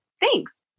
thanks